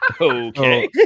Okay